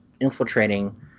infiltrating